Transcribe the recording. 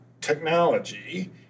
technology